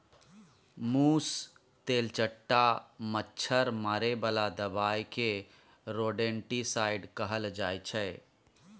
मुस, तेलचट्टा, मच्छर मारे बला दबाइ केँ रोडेन्टिसाइड कहल जाइ छै